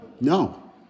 No